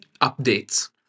updates